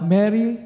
Mary